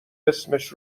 اسمش